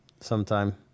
sometime